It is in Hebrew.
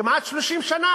כמעט 30 שנה